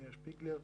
מאיר שפיגלר,